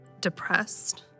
depressed